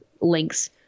links